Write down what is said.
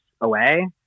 away